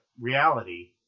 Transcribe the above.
reality